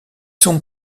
sont